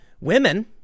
women